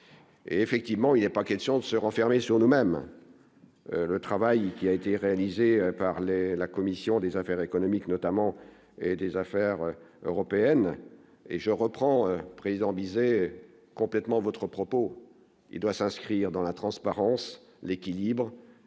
effectivement, il y a, pas question de se renfermer sur nous-mêmes le travail qui a été réalisé par les la commission des affaires économiques, notamment, et des affaires européennes et je reprends président Bizet complètement votre propos et doit s'inscrire dans la transparence, l'équilibre,